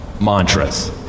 mantras